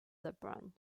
lebrun